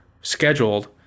scheduled